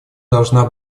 должна